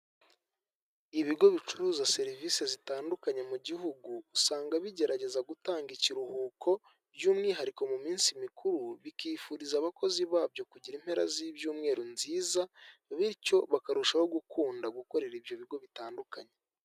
Ibigo bicuruza serivisi zitandukanye mu gihugu, usanga bigerageza gutanga ikiruhuko by'umwihariko mu minsi mikuru bikifuriza abakozi babyo kugira impera z'ibyumweru nziza bityo bakarushaho gukunda gukorera ibyo bigo bitandukanye.